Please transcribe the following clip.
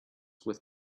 with